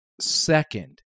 Second